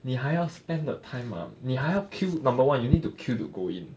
你还要 spend the time ah 你还要 queue number one you need to queue to go in